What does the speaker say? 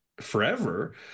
forever